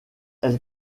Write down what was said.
elle